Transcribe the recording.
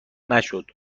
نشد